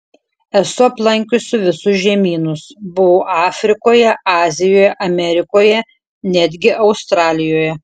esu aplankiusi visus žemynus buvau afrikoje azijoje amerikoje netgi australijoje